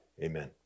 Amen